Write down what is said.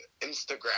Instagram